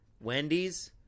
Wendy's